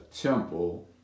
temple